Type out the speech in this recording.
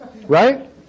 Right